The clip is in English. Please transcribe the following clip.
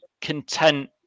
content